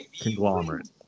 conglomerate